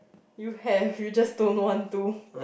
you have you just don't want to